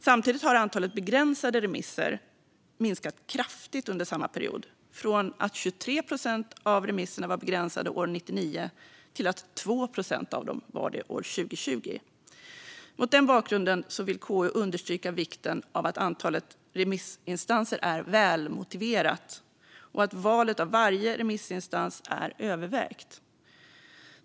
Samtidigt har antalet begränsade remisser minskat kraftigt under samma period. 23 procent av remisserna var begränsade år 1999, och 2 procent av remisserna var begränsade år 2020. Mot den bakgrunden vill KU understryka vikten av att antalet remissinstanser är välmotiverat och att valet av varje remissinstans är övervägt.